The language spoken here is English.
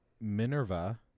Minerva